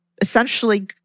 essentially